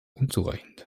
unzureichend